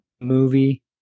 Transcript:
movie